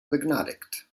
begnadigt